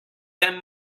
than